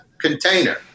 container